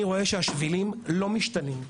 אני רואה שהשבילים לא משתנים,